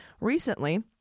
Recently